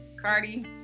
Cardi